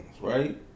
right